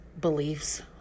beliefs